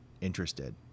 interested